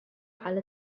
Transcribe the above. على